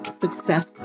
success